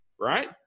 right